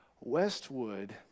Westwood